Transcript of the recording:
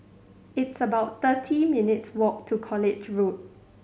it's about thirty minutes walk to College Road